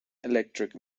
electric